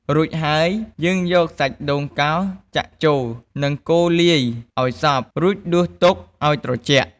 រួចហើយ យើងយកសាច់ដូងកោសចាក់ចូល និងកូរលាយឱ្យសព្វ រួចដួសទុកឱ្យត្រជាក់។